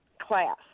class